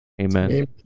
Amen